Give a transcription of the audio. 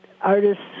artists